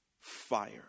fire